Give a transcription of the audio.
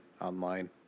online